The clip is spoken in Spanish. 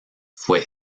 fue